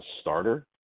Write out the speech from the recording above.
starter